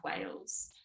wales